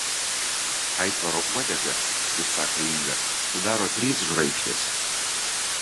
aitvaro uodegą kaip sako inga sudaro trys žvaigždės